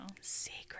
Secret